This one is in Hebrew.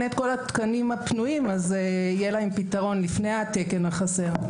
התקנים הפנויים ואז יהיה פתרון לפני התקן החסר.